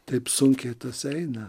taip sunkiai tas eina